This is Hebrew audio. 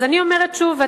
אני אומרת שוב,